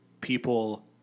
people